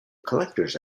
collectors